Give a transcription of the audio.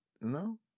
No